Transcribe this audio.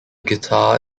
guitar